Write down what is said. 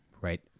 right